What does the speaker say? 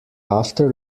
after